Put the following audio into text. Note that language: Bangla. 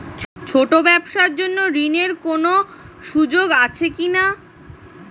ছোট ব্যবসার জন্য ঋণ এর কোন সুযোগ আছে কি না?